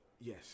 Yes